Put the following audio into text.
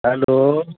hello